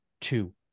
two